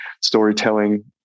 storytelling